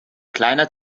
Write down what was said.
kleiner